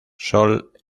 sol